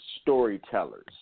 storytellers